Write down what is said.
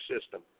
system